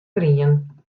grien